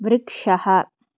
वृक्षः